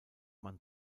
man